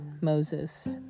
Moses